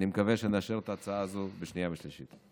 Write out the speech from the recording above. אני מקווה שנאשר את ההצעה הזו בשנייה ושלישית.